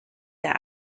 der